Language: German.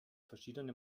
verschiedene